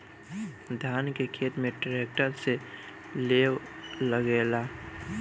धान के खेत में ट्रैक्टर से लेव लागेला